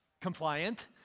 compliant